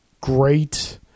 great